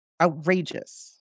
outrageous